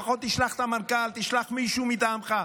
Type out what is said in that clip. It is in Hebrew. לפחות תשלח את המנכ"ל, תשלח מישהו מטעמך.